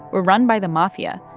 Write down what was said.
were run by the mafia,